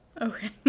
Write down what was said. Okay